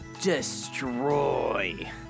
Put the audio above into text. destroy